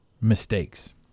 mistakes